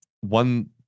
one